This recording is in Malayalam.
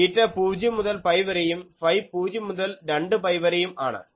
തീറ്റ പൂജ്യം മുതൽ പൈ വരെയും ഫൈ പൂജ്യം മുതൽ 2 പൈ വരെയും ആണ്